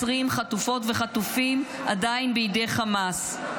ו-120 חטופות וחטופים עדיין בידי חמאס.